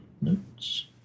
notes